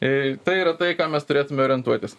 tai yra tai į ką mes turėtume orientuotis